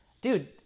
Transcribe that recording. dude